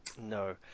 No